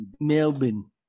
Melbourne